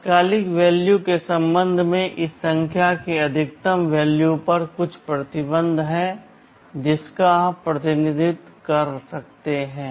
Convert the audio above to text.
तात्कालिक मान के संबंध में इस संख्या के अधिकतम मान पर कुछ प्रतिबंध है जिसका आप प्रतिनिधित्व कर सकते हैं